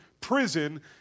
prison